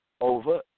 over